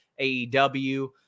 AEW